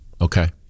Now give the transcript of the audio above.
Okay